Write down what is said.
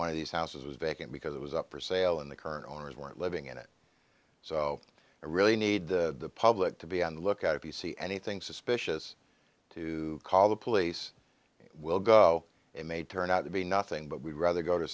one of these houses was vacant because it was up for sale and the current owners weren't living in it so i really need the public to be on the lookout if you see anything suspicious to call the police will go it may turn out to be nothing but we'd rather go to